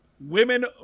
women